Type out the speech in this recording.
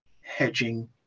hedging